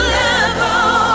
level